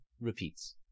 repeats